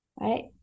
right